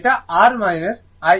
এটা r Im